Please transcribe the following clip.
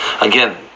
again